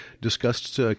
discussed